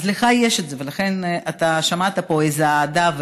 אז לך יש את זה, ולכן אתה שמעת פה איזו אהדה.